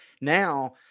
now